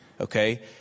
Okay